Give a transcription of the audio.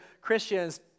Christians